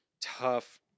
tough